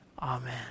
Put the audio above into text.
Amen